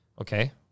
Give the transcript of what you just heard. Okay